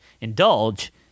indulge